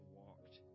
walked